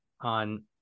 on